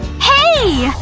hey!